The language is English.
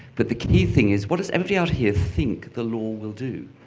but the key thing is what does everybody out here think the law will do?